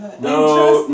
No